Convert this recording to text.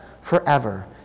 forever